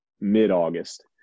mid-August